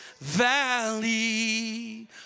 valley